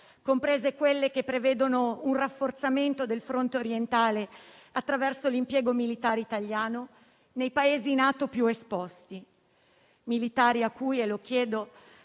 comprese quelle che prevedono un rafforzamento del fronte orientale attraverso l'impiego militare italiano nei Paesi NATO più esposti. A tali militari - lo chiedo